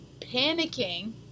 panicking